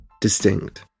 distinct